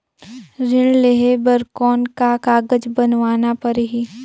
ऋण लेहे बर कौन का कागज बनवाना परही?